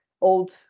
old